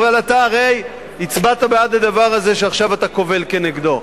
אבל אתה הרי הצבעת בעד הדבר הזה שעכשיו אתה קובל כנגדו.